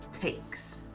takes